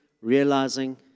realizing